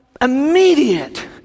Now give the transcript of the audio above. immediate